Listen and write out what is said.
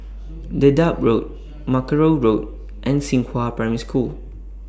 Dedap Road Mackerrow Road and Xinghua Primary School